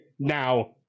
Now